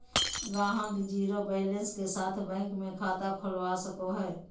ग्राहक zero balance के साथ बैंक मे खाता खोलवा सको हय